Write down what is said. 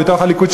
או בתוך הליכוד,